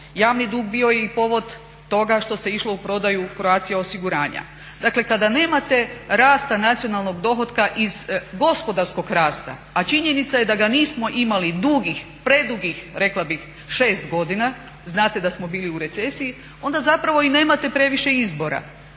Javni dug bio je i povod toga što se išlo u prodaju Croatia osiguranja. Dakle kada nemate rasta nacionalnog dohotka iz gospodarskog rasta, a činjenica je da ga nismo imali dugih, predugih rekla bih 6 godina, znate da smo bili u recesiju, onda zapravo i nemate previše izbora.